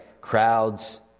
Crowds